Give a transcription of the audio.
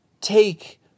take